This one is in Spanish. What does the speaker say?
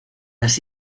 las